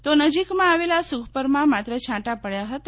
તો નજીકમાં આવેલા સુખપરમાં માત્ર છાંટા પડયા હતા